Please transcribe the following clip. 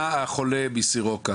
מפנה את החולה מסורוקה